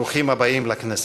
ברוכים הבאים לכנסת.